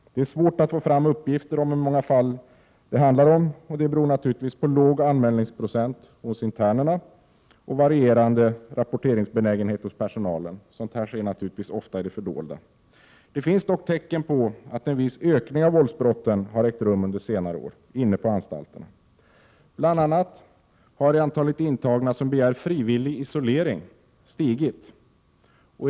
Det är dock svårt att få fram uppgifter om hur många fall det handlar om. Detta beror bl.a. på en låg anmälningsprocent hos internerna och varierande rapporteringsbenägenhet hos personalen. Sådant här sker naturligtvis ofta i det fördolda. Det finns dock tecken på att en viss ökning av våldsbrotten inne på anstalterna har ägt rum under senare år. Bl. a. har antalet intagna som begär frivillig isolering stigit.